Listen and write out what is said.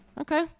Okay